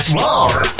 more